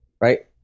right